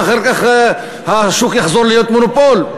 ואחר כך השוק יחזור להיות מונופול.